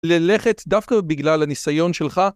ללכת דווקא בגלל הניסיון שלך